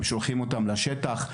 שהם שולחים אותם לשטח.